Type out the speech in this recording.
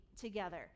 together